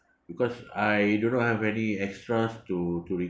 because I do not have any extras to to recover